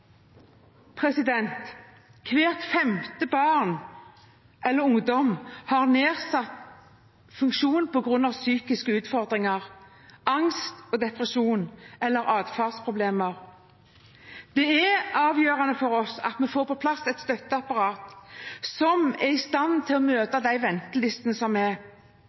Hvert femte barn eller ungdom har nedsatt funksjon på grunn av psykiske utfordringer som angst, depresjon eller atferdsproblemer. Det er avgjørende for oss at vi får på plass et støtteapparat som er i stand til å møte de ventelistene som finnes. Skolehelsetjeneste og helsestasjonsarbeid er